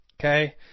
Okay